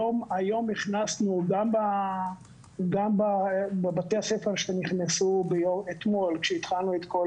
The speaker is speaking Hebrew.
היום הכנסנו גם בבתי הספר שנכנסו אתמול כשהתחלנו את כל